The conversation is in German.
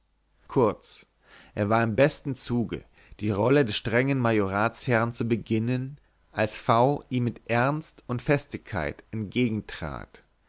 kurz er war im besten zuge die rolle des strengen majoratsherrn zu beginnen als v ihm mit ernst und festigkeit